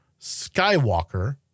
Skywalker